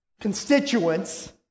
constituents